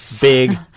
big